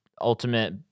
ultimate